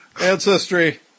ancestry